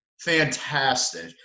fantastic